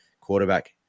quarterback